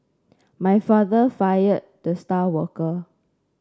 my father fired the star worker